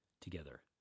together